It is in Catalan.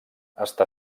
està